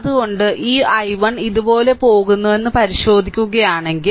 അതിനാൽ ഈ I1 ഇതുപോലെ പോകുന്നുവെന്ന് പരിശോധിക്കുകയാണെങ്കിൽ